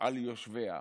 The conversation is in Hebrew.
על יושביה,